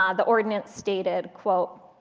um the ordinance stated, quote,